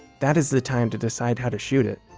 that is the time to decide how to shoot it